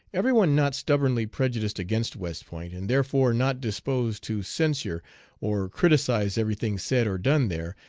every one not stubbornly prejudiced against west point, and therefore not disposed to censure or criticise every thing said or done there,